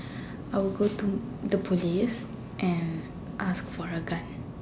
I would go to the police and ask for a gun